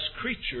creature